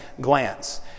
glance